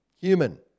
Human